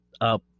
up